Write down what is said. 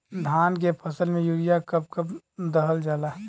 धान के फसल में यूरिया कब कब दहल जाला?